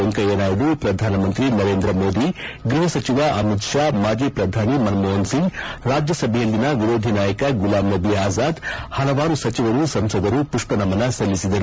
ವೆಂಕಯ್ಕ ನಾಯ್ದು ಪ್ರಧಾನಮಂತ್ರಿ ನರೇಂದ್ರ ಮೋದಿ ಗೃಹ ಸಚಿವ ಅಮಿತ್ ಶಾ ಮಾಜಿ ಪ್ರಧಾನಿ ಮನ ಮೋಪನ್ ಸಿಂಗ್ ರಾಜ್ಯ ಸಭೆಯಲ್ಲಿನ ವಿರೋಧಿ ನಾಯಕ ಗುಲಾಂ ನಟಿ ಆಜಾದ್ ಪಲವಾರು ಸಚಿವರು ಸಂಸದರು ಮಷ್ನಮನ ಸಲ್ಲಿಸಿದರು